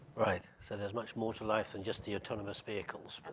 right, so there's much more to life than just the autonomous vehicles.